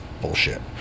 bullshit